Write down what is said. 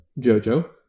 Jojo